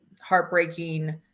heartbreaking